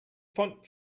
font